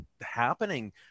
happening